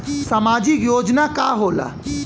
सामाजिक योजना का होला?